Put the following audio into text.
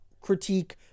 critique